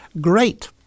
great